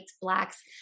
blacks